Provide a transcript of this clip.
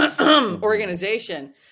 organization